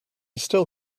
still